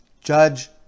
judge